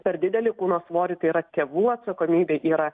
per didelį kūno svorį tai yra tėvų atsakomybė yra